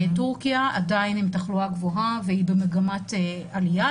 טורקיה עדיין עם תחלואה גבוהה והיא במגמת עלייה,